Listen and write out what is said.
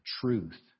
truth